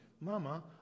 Mama